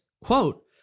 quote